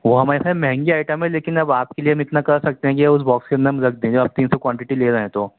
وہ ہماری سب سے مہنگی آئٹم ہے لیکن اب آپ کے لیے ہم اتنا کر سکتے ہیں کہ اس باکس میں ہم رکھ دیں گے آپ تین سو کوانٹٹی لے رہے ہیں تو